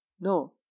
No